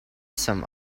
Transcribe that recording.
some